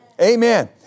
Amen